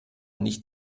nicht